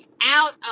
out